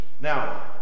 Now